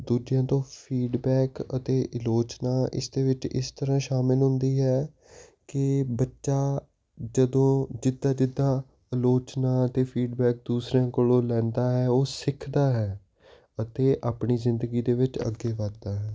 ਦੂਜਿਆਂ ਤੋਂ ਫੀਡਬੈਕ ਅਤੇ ਅਲੋਚਨਾ ਇਸ ਦੇ ਵਿੱਚ ਇਸ ਤਰਾਂ ਸ਼ਾਮਿਲ ਹੁੰਦੀ ਹੈ ਕਿ ਬੱਚਾ ਜਦੋਂ ਜਿੱਦਾਂ ਜਿੱਦਾਂ ਆਲੋਚਨਾ ਤੇ ਫੀਡਬੈਕ ਦੂਸਰਿਆਂ ਕੋਲੋਂ ਲੈਂਦਾ ਹੈ ਉਹ ਸਿੱਖਦਾ ਹੈ ਅਤੇ ਆਪਣੀ ਜ਼ਿੰਦਗੀ ਦੇ ਵਿੱਚ ਅੱਗੇ ਵੱਧਦਾ ਹੈ